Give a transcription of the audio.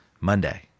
Monday